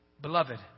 Beloved